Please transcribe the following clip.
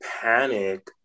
panic